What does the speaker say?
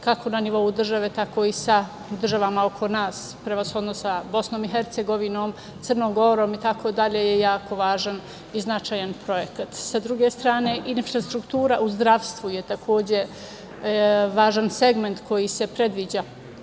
kako na nivou države, tako i sa državama oko nas, prevashodno sa Bosnom i Hercegovinom, Crnom Gorom itd. je jako važan i značajan projekat. Sa druge strane, infrastruktura u zdravstvu je važan segment koji se predviđa